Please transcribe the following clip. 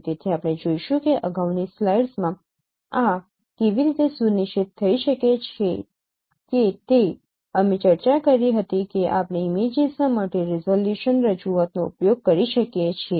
તેથી આપણે જોઈશું કે અગાઉની સ્લાઇડસ્ માં આ કેવી રીતે સુનિશ્ચિત થઈ શકે છે કે તે અમે ચર્ચા કરી હતી કે આપણે ઇમેજીસના મલ્ટિ રિઝોલ્યુશન રજૂઆતનો ઉપયોગ કરી શકીએ છીએ